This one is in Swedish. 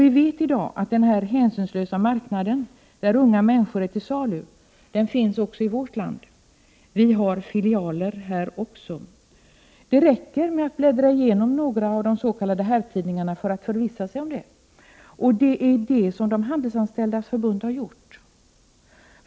Vi vet i dag att den hänsynslösa marknad där unga människor är till salu också finns i vårt land. Det finns filialer här också. Det räcker att bläddra igenom några av de s.k. herrtidningarna för att förvissa sig om det. Och det är vad Handelsanställdas förbund har gjort.